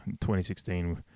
2016